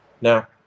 Now